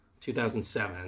2007